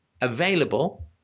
available